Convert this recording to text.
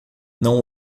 não